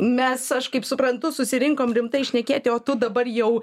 mes aš kaip suprantu susirinkom rimtai šnekėti o tu dabar jau